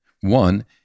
one